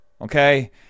Okay